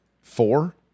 Four